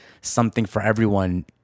something-for-everyone